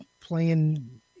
playing